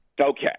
Okay